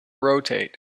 rotate